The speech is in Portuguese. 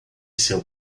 seu